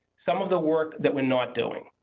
some of the work that we're not doing.